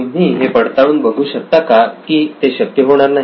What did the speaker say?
तुम्ही हे पडताळून बघू शकता का की ते शक्य होणार नाही